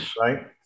Right